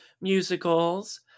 musicals